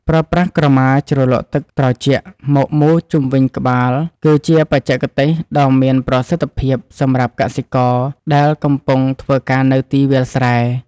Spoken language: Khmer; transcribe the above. ប្រើប្រាស់ក្រមាជ្រលក់ទឹកត្រជាក់មកមូរជុំវិញក្បាលគឺជាបច្ចេកទេសដ៏មានប្រសិទ្ធភាពសម្រាប់កសិករដែលកំពុងធ្វើការនៅវាលស្រែ។